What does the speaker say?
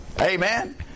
Amen